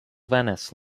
venice